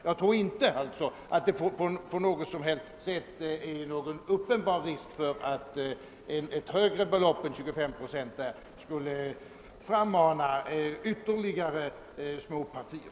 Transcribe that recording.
Jag tror inte, att det finns någon uppenbar risk för att en högre andel än 25 procent skulle frammana ytterligare småpartier.